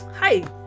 Hi